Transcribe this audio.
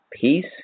peace